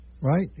right